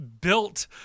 built